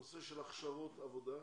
נושא של הכשרות עבודה,